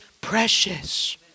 precious